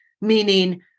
meaning